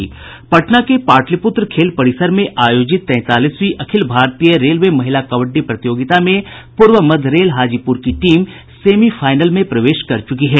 पटना के पाटलिपुत्र खेल परिसर में आयोजित तैंतालीसवीं अखिल भारतीय रेलवे महिला कबड्डी प्रतियोगिता में पूर्व मध्य रेल हाजीपूर की टीम सेमीफाइनल में प्रवेश कर चुकी है